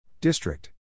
District